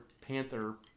panther